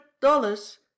dollars